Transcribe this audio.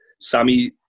Sammy